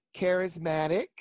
charismatic